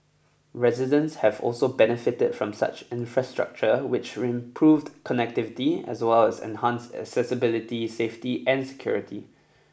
residents have also benefited from such infrastructure which improved connectivity as well as enhanced accessibility safety and security